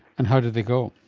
and how did they go?